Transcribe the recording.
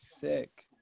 sick